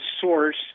source